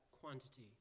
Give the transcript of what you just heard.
quantity